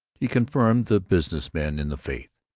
he confirmed the business men in the faith.